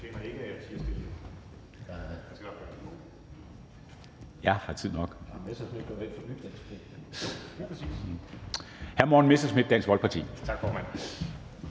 Hr. Morten Messerschmidt, Dansk Folkeparti.